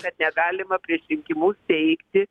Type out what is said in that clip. kad negalima prieš rinkimus teigti